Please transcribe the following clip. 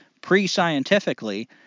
pre-scientifically